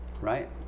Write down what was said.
right